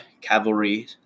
Cavalry